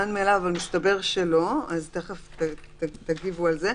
חשבנו שהוא מובן מאליו אבל מסתבר שלא אז תכף תגיבו על זה.